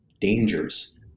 dangers